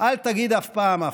אף פעם אל תגיד אף פעם.